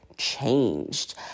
changed